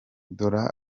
dola